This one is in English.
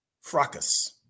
fracas